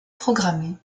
programmés